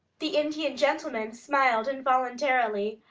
the indian gentleman smiled involuntarily,